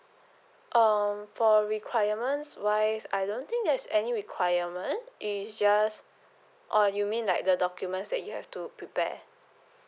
um for requirements wise I don't think there's any requirement is just oh you mean like the documents that you have to prepare